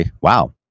wow